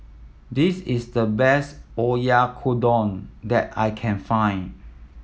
this is the best Oyakodon that I can find